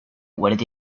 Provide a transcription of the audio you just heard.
what